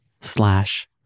slash